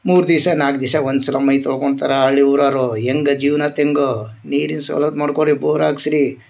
ಮೂರು ದಿವಸ ನಾಲ್ಕು ದಿವಸ ಒನ್ ಸಲ ಮೈ ತೊಳ್ಕೊಂತಾರ ಹಳ್ಳಿ ಊರಾಗ ಹೆಂಗ್ ಜೀವನ ಆತು ಹೆಂಗ್ ನೀರಿನ ಸವ್ಲತ್ತು ಮಾಡ್ಸ್ಕೊ ರೀ ಬೋರ್ ಆಕ್ಸಿ ರೀ